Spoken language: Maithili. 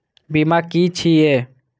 बीमा की छी ये?